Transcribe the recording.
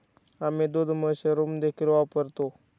आम्ही दूध मशरूम देखील वापरतो